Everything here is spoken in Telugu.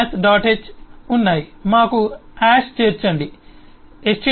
h ఉన్నాయి మాకు చేర్చండి stdlib